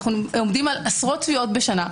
אנו עומדים על עשרות תביעות בשנה.